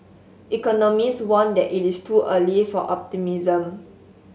economist warned that it is too early for optimism